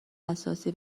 اساسی